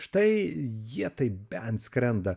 štai jie tai bent skrenda